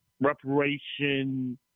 reparation